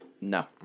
No